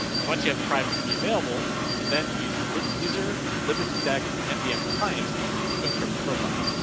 but once you have the private key available. you can then use user libs deck mdm client to encrypt the profile.